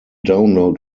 download